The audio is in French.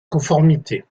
conformité